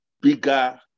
bigger